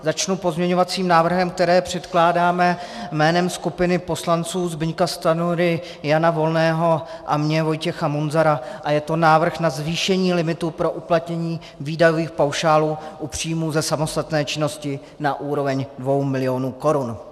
Začnu pozměňovacím návrhem, který předkládáme jménem skupiny poslanců Zbyňka Stanjury, Jana Volného a mě, Vojtěcha Munzara, a je to návrh na zvýšení limitu pro uplatnění výdajových paušálů u příjmů ze samostatné činnosti na úroveň 2 milionů korun.